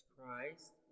Christ